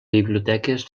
biblioteques